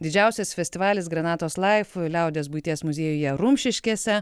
didžiausias festivalis granatos laif liaudies buities muziejuje rumšiškėse